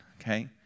okay